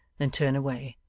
then turn away,